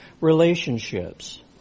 relationships